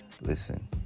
Listen